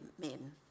men